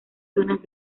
zonas